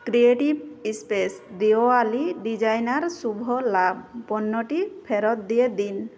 creative space Diwali designer Shubh Labh পণ্যটি ফেরত দিয়ে দিন